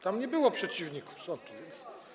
Tam nie było przeciwników sądów, więc.